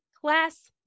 Class